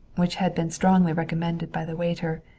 which had been strongly recommended by the waiter,